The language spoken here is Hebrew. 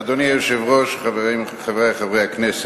אדוני היושב-ראש, חברי חברי הכנסת,